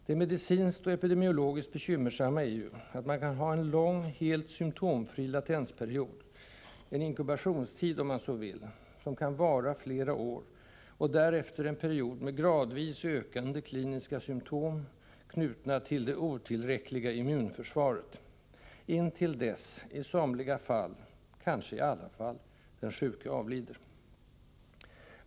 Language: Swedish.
Det medicinskt och epidemiologiskt bekymmersamma är ju att den drabbade kan ha en lång, helt symtomfri latensperiod, en inkubationstid om man så vill, som kan vara flera år, och därefter en period med gradvis ökande kliniska symtom, knutna till det otillräckliga immunförsvaret, intill dess — i somliga fall, kanske i alla? — den sjuke avlider.